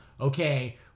okay